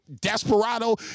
Desperado